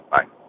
Bye